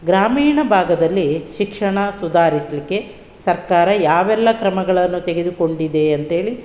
ಗ್ರಾಮೀಣ ಭಾಗದಲ್ಲಿ ಶಿಕ್ಷಣ ಸುಧಾರಿಸಲಿಕ್ಕೆ ಸರ್ಕಾರ ಯಾವೆಲ್ಲ ಕ್ರಮಗಳನ್ನು ತೆಗೆದುಕೊಂಡಿದೆ ಅಂಥೇಳಿ